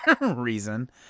reason